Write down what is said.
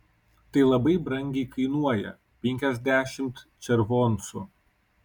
tai labai brangiai kainuoja penkiasdešimt červoncų